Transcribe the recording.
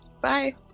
Bye